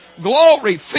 glory